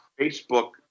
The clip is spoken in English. Facebook